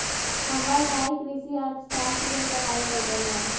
हमर भाई कृषि अर्थशास्त्र के पढ़ाई कल्कइ ह